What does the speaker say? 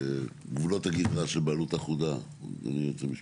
גבולות הגזרה של בעלות אחודה, היועץ המשפטי.